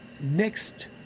next